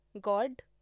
God